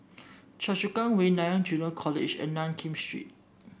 Choa Chu Kang Way Nanyang Junior College and Nankin Street